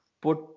put